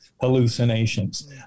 hallucinations